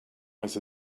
was